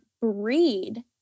breed